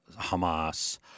Hamas